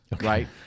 right